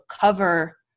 cover